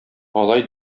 алай